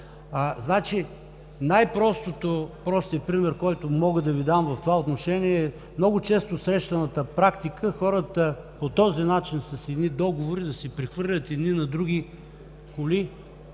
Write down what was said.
нещо. Най-простият пример, който мога да Ви дам в това отношение, е много често срещаната практика хората по този начин, с едни договори, да си прехвърлят едни на други коли,